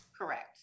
Correct